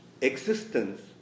existence